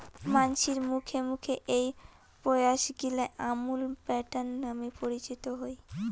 মানসির মুখে মুখে এ্যাই প্রয়াসগিলা আমুল প্যাটার্ন নামে পরিচিত হই